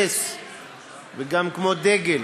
ומתנוססות כמו דגל